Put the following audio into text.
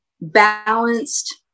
balanced